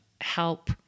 help